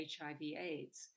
HIV-AIDS